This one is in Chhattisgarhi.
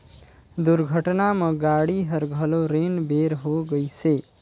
दुरघटना म गाड़ी हर घलो रेन बेर होए गइसे